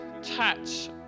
touch